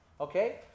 okay